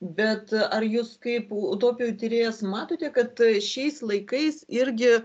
bet ar jus kaip utopijų tyrėjas matote kad šiais laikais irgi